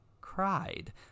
cried